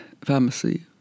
pharmacy